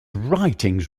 writings